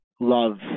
love